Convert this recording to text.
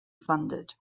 funded